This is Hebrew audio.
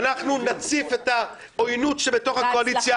אנחנו נציף את העויינות שבתוך הקואליציה